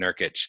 Nurkic